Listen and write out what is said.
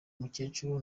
mukecuru